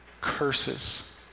curses